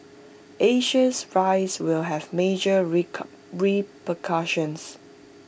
Asia's rise will have major repercussions